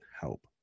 help